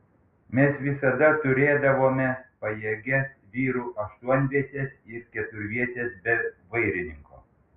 mes visada turėdavome pajėgias vyrų aštuonvietes ir keturvietes be vairininko